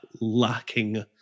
lacking